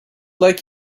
like